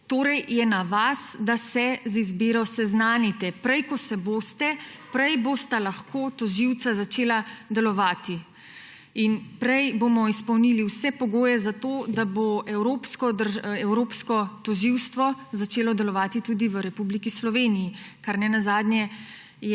Torej je na vas, da se z izbiro seznanite. Prej ko se boste, prej bosta lahko tožilca začela delovati in prej bomo izpolnili vse pogoje za to, da bo Evropsko tožilstvo začelo delovati tudi v Republiki Sloveniji, kar nenazadnje